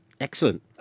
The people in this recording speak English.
Excellent